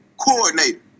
coordinator